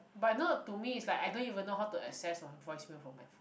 but not to me is like I don't even know how to access on voicemail from my phone